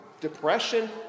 depression